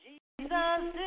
Jesus